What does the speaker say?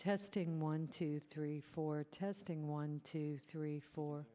testing one two three four testing one two three four